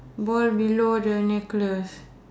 ball below the necklace